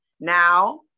now